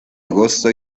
agosto